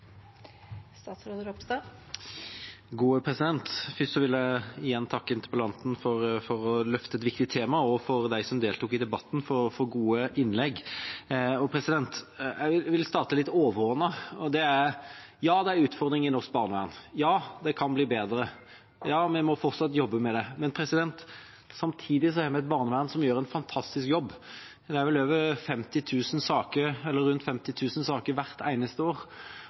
Først vil jeg takke interpellanten for å løfte fram et viktig tema, og dem som deltok i debatten, for gode innlegg. Jeg vil starte litt overordnet: Ja, det er utfordringer i norsk barnevern, ja, det kan bli bedre, og ja, vi må fortsatt jobbe med det. Men samtidig har vi et barnevern som gjør en fantastisk jobb. Det er rundt 50 000 saker